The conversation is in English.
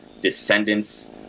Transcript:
descendants